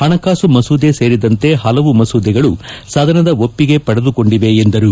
ಪಣಕಾಸು ಮಸೂದೆ ಸೇರಿದಂತೆ ಹಲವು ಮಸೂದೆಗಳು ಸದನದ ಒಪ್ಪಿಗೆ ಪಡೆದುಕೊಂಡಿದೆ ಎಂದರು